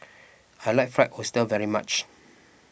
I like Fried Oyster very much